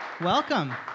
Welcome